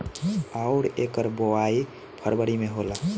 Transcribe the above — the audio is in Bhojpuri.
अउर एकर बोवाई फरबरी मे होला